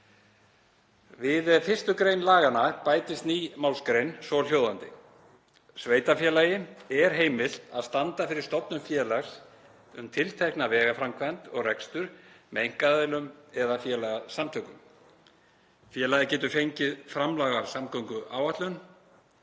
„Við 1. gr. laganna bætist ný málsgrein, svohljóðandi: Sveitarfélagi er heimilt að standa fyrir stofnun félags um tiltekna vegaframkvæmd og rekstur með einkaaðilum eða félagasamtökum. Félagið getur fengið framlag af samgönguáætlun,